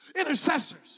intercessors